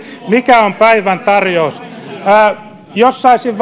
mikä on päivän tarjous jos saisin